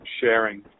sharing